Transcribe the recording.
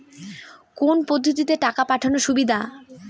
কোন পদ্ধতিতে টাকা পাঠানো সুবিধা?